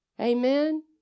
Amen